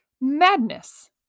madness